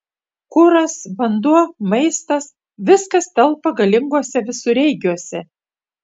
kuras vanduo maistas viskas telpa galinguose visureigiuose